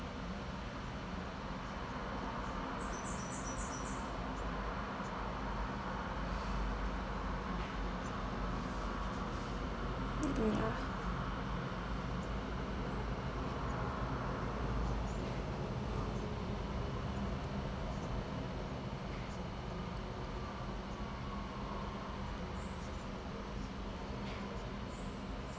mm ya